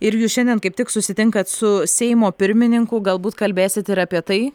ir jūs šiandien kaip tik susitinkate su seimo pirmininku galbūt kalbėsit ir apie tai